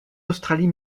australie